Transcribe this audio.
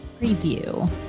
preview